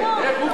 איך הוא מתנהג?